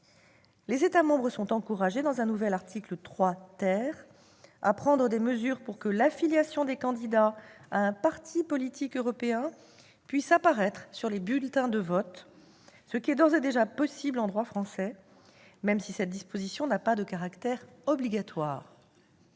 Les États membres sont encouragés, dans un nouvel article 3 , à prendre des mesures pour que l'affiliation des candidats à un parti politique européen puisse apparaître sur les bulletins de vote, ce qui est d'ores et déjà possible en droit français, même si cette disposition n'a pas de caractère obligatoire.